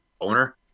owner